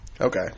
Okay